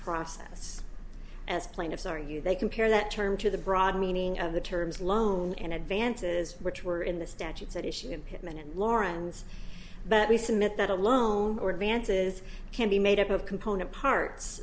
process as plaintiffs are you they compare that term to the broader meaning of the terms loan and advances which were in the statutes at issue in pittman and lawrence but we submit that a loan or advances can be made up of component parts